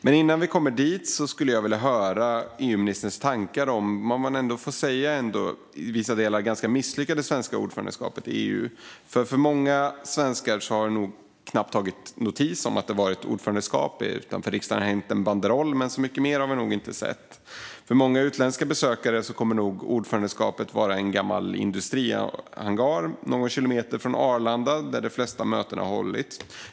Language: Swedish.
Men innan vi kommer dit skulle jag vilja höra EU-ministerns tankar om det i vissa delar ändå ganska misslyckade svenska ordförandeskapet i EU. Många svenskar har nog knappt tagit notis om att det har varit svenskt ordförandeskap. Utanför riksdagen har det hängt en banderoll, men så mycket mer har vi nog inte sett. För många utländska besökare kommer nog ordförandeskapet att vara en gammal industrihangar någon kilometer från Arlanda där de flesta möten har hållits.